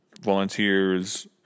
volunteers